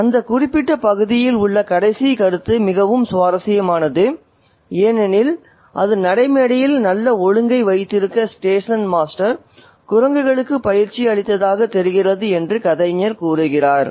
ஆகவே அந்த குறிப்பிட்ட பகுதியில் உள்ள கடைசி கருத்து மிகவும் சுவாரஸ்யமானது ஏனெனில் அது நடை மேடையில் நல்ல ஒழுங்கை வைத்திருக்க ஸ்டேஷன் மாஸ்டர் குரங்குகளுக்கு பயிற்சி அளித்ததாகத் தெரிகிறது என்று கதைஞர் கூறுகிறார்